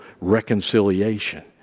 reconciliation